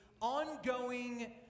ongoing